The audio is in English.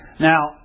Now